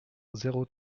zéro